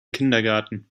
kindergarten